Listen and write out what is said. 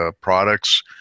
products